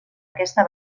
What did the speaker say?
aquesta